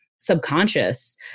subconscious